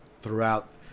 throughout